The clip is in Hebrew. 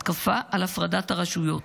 התקפה על הפרדת הרשויות,